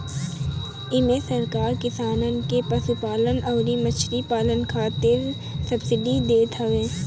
इमे सरकार किसानन के पशुपालन अउरी मछरी पालन खातिर सब्सिडी देत हवे